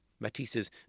Matisse's